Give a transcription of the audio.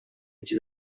эти